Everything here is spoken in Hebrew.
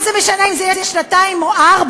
מה זה משנה אם זה יהיה שנתיים או ארבע,